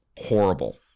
horrible